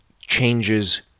changes